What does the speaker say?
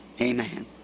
Amen